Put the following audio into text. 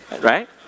Right